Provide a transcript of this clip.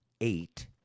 eight